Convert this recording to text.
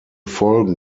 folgen